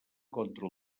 contra